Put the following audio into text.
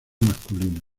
masculino